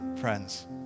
friends